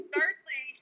Thirdly